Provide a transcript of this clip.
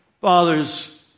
Fathers